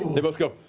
they both go,